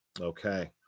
Okay